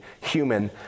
human